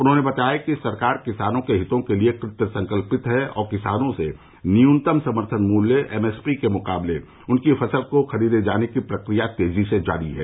उन्होंने बताया कि राज्य सरकार किसानों के हितों के लिए कृत संकल्य है और किसानों से न्यूनतम समर्थन मूल्य एमएसपी के मुताबिक उनकी फसल को खरीदे जाने की प्रक्रिया तेजी से जारी है